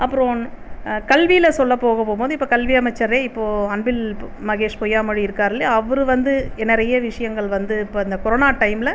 அப்புறம் கல்வியில் சொல்ல போக போகும்போது இப்போ கல்வி அமைச்சர் இப்போ அன்பில் மகேஷ் பொய்யா மொழி இருக்காரல்ல அவர் வந்து நிறைய விஷயங்கள் வந்து இப்போ இந்த கொரோனா டைமில்